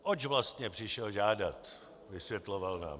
Oč vlastně přišel žádat, vysvětloval nám.